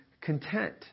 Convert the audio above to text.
content